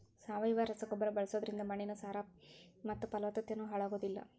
ಸಾವಯವ ರಸಗೊಬ್ಬರ ಬಳ್ಸೋದ್ರಿಂದ ಮಣ್ಣಿನ ಸಾರ ಮತ್ತ ಪಲವತ್ತತೆನು ಹಾಳಾಗೋದಿಲ್ಲ